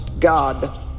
God